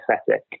aesthetic